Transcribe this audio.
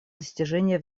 достижения